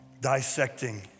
dissecting